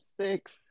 six